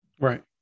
Right